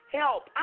help